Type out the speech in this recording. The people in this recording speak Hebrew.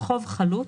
"חוב חלוט"